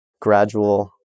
gradual